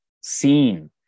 seen